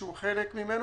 איזשהו חלק ממנו.